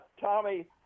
Tommy